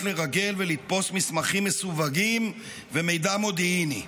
לרגל ולתפוס מסמכים מסווגים ומידע מודיעיני.